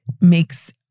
makes